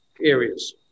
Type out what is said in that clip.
areas